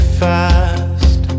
fast